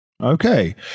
Okay